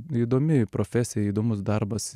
įdomi profesija įdomus darbas